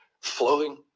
flowing